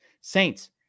Saints